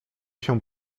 się